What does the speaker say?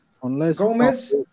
Gomez